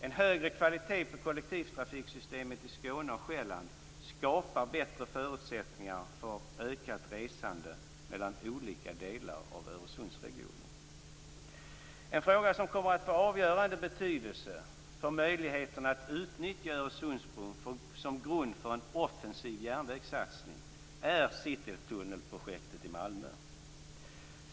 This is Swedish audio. En högre kvalitet på kollektivtrafiksystemet i Skåne och Själland skapar bättre förutsättningar för ökat resande mellan olika delar av Öresundsregionen. En fråga som kommer att få avgörande betydelse för möjligheten att utnyttja Öresundsbron som grund för en offensiv järnvägssatsning är citytunnelprojektet i Malmö.